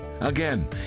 Again